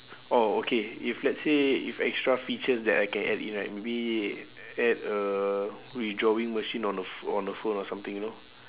oh okay if let's say if extra features that I can add in right maybe add a withdrawing machine on a ph~ on the phone or something you know like